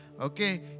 Okay